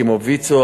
כמו ויצו,